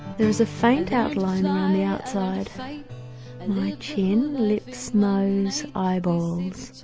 there is a faint outline on the outside, and my chin, lips, nose, eyeballs, the